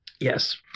Yes